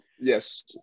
Yes